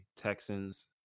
Texans